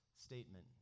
statement